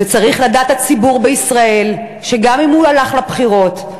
וצריך לדעת הציבור בישראל שגם אם הוא הלך לבחירות,